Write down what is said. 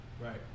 Right